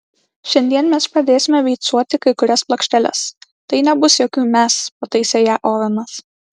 šiandien mes pradėsime beicuoti kai kurias plokštes tai nebus jokių mes pataisė ją ovenas